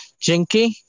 Jinky